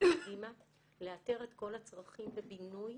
קדימה לאתר את כל הצרכים בבינוי